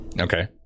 Okay